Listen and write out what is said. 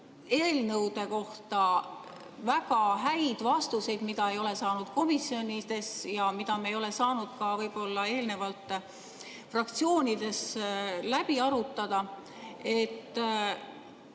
eelnõude kohta väga häid vastuseid, mida me ei ole saanud komisjonides ja mida me ei ole saanud ka võib-olla eelnevalt fraktsioonides läbi arutada. Mul